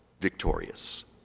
victorious